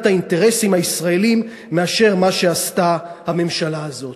האינטרסים הישראליים מאשר מה שעשתה הממשלה הזאת.